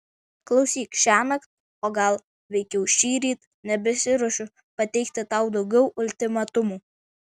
klausyk šiąnakt o gal veikiau šįryt nebesiruošiu pateikti tau daugiau ultimatumų